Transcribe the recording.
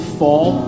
fall